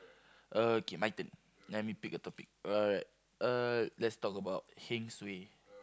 okay my turn let me pick a topic alright uh let's talk about heng suay